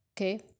Okay